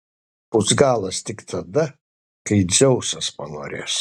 bus galas tik tada kai dzeusas panorės